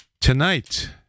tonight